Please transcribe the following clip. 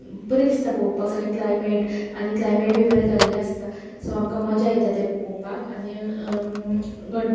बरें दिसता पळोवपाक सगलें क्लायमेट आनी क्लायमेट बीन बरें जाल्लें आसता सो आमकां मजा येता तें पळोवपाक आनी गण